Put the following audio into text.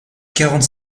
quarante